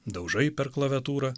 daužai per klaviatūrą